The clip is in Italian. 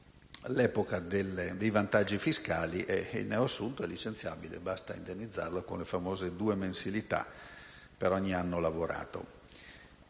l'epoca dei vantaggi fiscali, il neoassunto è licenziabile: basta indennizzarlo con le famose due mensilità per ogni anno lavorato.